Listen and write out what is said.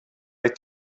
like